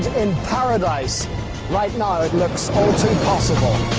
in paradise right now it looks all too impossible